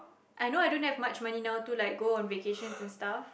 I know I don't have much money now to like go on vacations and stuff